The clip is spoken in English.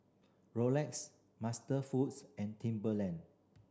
Rolex MasterFoods and Timberland